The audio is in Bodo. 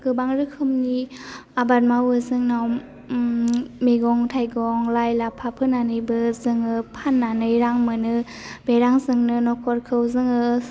गोबां रोखोमनि आबाद मावो जोंनाव मैगं थायगं लाइ लाफा फोनानैबो जोङो फाननानैबो रां मोनो बे रांजोंनो न'खरखौ जोङो